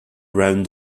around